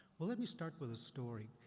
well let me start with a story.